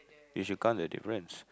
you should count the difference